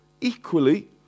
equally